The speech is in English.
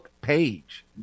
page